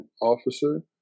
officer